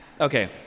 Okay